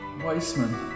Weissman